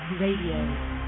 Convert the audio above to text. Radio